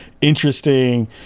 interesting